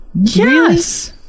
yes